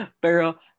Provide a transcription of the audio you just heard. Pero